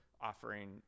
offering